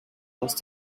lost